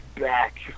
back